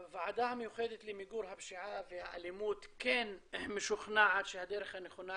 הוועדה המיוחדת למיגור הפשיעה והאלימות משוכנעת שהדרך הנכונה